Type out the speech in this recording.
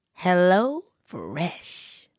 HelloFresh